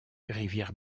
rivière